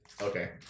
Okay